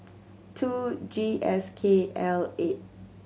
two G S K L eight